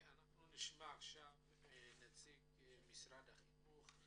אנחנו נשמע עכשיו את נציג משרד החינוך,